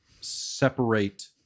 separate